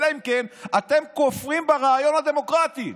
אלא אם כן אתם כופרים ברעיון הדמוקרטי.